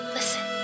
Listen